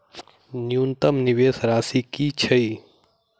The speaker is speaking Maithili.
न्यूनतम निवेश राशि की छई?